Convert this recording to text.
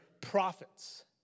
prophets